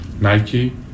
Nike